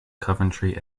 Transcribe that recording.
coventry